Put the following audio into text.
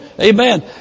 Amen